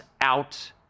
out